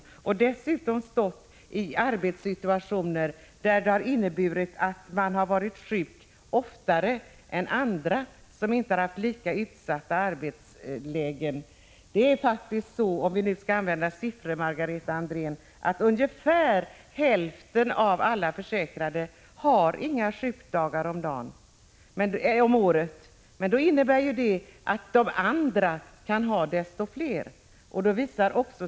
Här gäller det dessutom människor som haft arbetsförhållanden som inneburit att de varit sjuka oftare än andra, som inte haft en lika utsatt situation på arbetsplatsen. Det är faktiskt så — om vi nu skall använda siffror, Margareta Andrén — att ungefär hälften av alla försäkrade inte har några sjukdagar alls per år. Det innebär att de andra har desto fler sjukdagar.